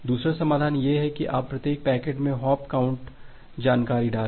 दूसरा समाधान यह है कि आप प्रत्येक पैकेट में हॉप काउंट जानकारी डालें